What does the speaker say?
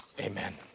Amen